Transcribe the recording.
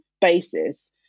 basis